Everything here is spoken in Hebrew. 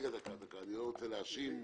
שאלה, אני לא רוצה להאשים.